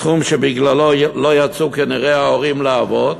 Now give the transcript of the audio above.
סכום שבגללו לא יצאו כנראה ההורים לעבוד,